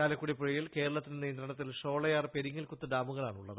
ചാലക്കുടി പുഴയിൽ കേരളത്തിന്റെ നിയന്ത്രണത്തിൽ ഷോളയാർ പെരിങ്ങൽക്കുത്ത് ഡാമുകളാണുള്ളത്